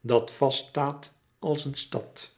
dat vast staat als een stad